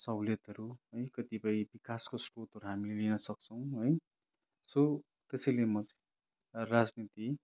साहुलियतहरू है कतिपय विकासको स्रोतहरू हामीले लिन सक्छौँ है सो त्यसैले म राजनीति